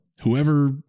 Whoever